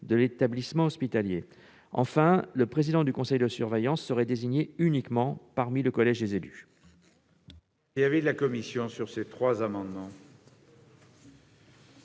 de l'établissement hospitalier. Enfin, le président du conseil de surveillance serait désigné uniquement parmi le collège des élus.